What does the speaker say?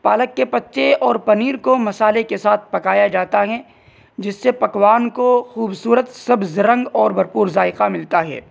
پالک کے پتے اور پنیر کو مصالحے کے ساتھ پکایا جاتا ہے جس سے پکوان کو خوبصورت سبز رنگ اور بھرپور ذائقہ ملتا ہے